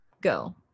go